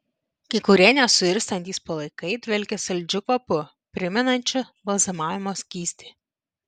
kai kurie nesuirstantys palaikai dvelkia saldžiu kvapu primenančiu balzamavimo skystį